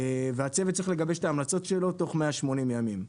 והצוות צריך לגבש את ההמלצות שלו בתוך 180 ימים.